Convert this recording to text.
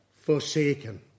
forsaken